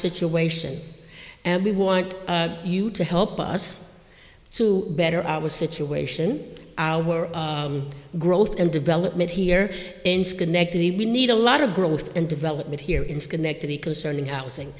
situation and we want you to help us to better our situation our growth and development here in schenectady we need a lot of growth and development here in schenectady concerning housing